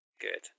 Good